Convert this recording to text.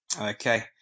Okay